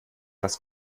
das